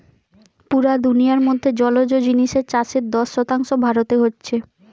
পুরা দুনিয়ার মধ্যে জলজ জিনিসের চাষের দশ শতাংশ ভারতে হচ্ছে